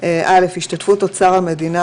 דוד או דודה וילדיהם,